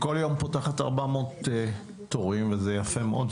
היא כל יום פותחת 400 תורים וזה יפה מאוד,